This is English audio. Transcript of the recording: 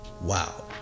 wow